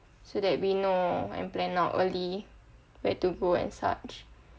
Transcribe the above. so that we know and plan out early where to go and such